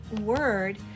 word